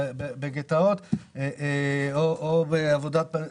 בגטאות או בעבודה,